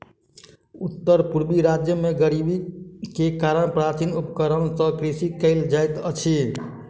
उत्तर पूर्वी राज्य में गरीबी के कारण प्राचीन उपकरण सॅ कृषि कयल जाइत अछि